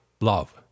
love